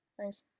Thanks